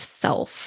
self